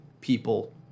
people